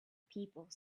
people